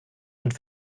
und